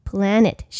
Planet